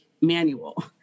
manual